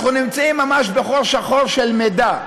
אנחנו נמצאים ממש בחור שחור של מידע,